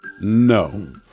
No